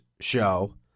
show